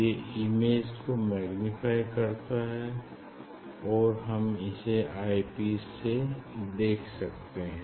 ये इमेज को मैग्निफाई करता है और हम इसे आईपीस से देख सकते हैं